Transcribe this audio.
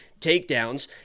takedowns